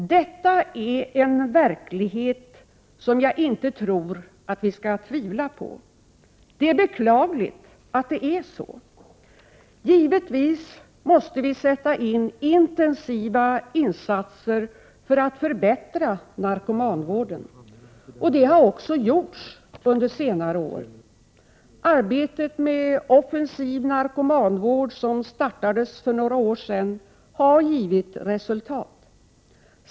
Detta är en verklighet som jag inte tror att vi skall tvivla på. Det är beklagligt att det är så. Givetvis måste vi sätta in intensiva insatser för att förbättra narkomanvården. Och det har också gjorts under senare år. Arbetet med Offensiv narkomanvård, som startades för några år sedan, har givit resultat.